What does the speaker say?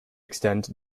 extend